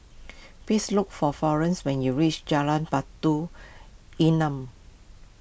please look for Florence when you reach Jalan Batu Nilam